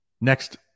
next